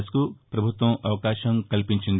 yes కు ప్రభుత్వం అవకాశం కల్పించింది